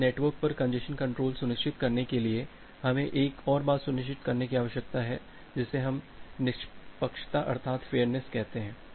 इसलिए नेटवर्क पर congestion control सुनिश्चित करने के लिए हमें एक और बात सुनिश्चित करने की आवश्यकता है जिसे हम निष्पक्षता अर्थात फेयरनेस कहते हैं